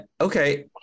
Okay